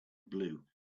blue